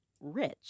rich